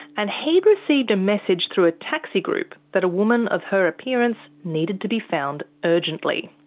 and he'd received a message through a taxi group that a woman of her appearance needed to be found urgently.